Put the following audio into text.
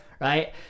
right